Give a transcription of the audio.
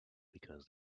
because